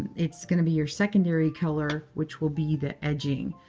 it's going to be your secondary color, which will be the edging.